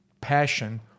passion